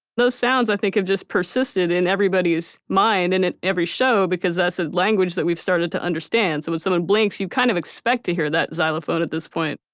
those sounds i think have just persisted in everybody's mind and every show because that's a language that we've started to understand. so instead of blinks, you kind of expect to hear that xylophone at this point